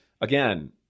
again